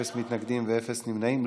אפס מתנגדים ואפס נמנעים.